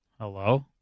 Hello